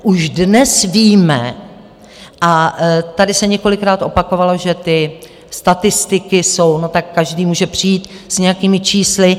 Už dnes víme, a tady se několikrát opakovalo, že ty statistiky jsou, tak každý může přijít s nějakými čísly.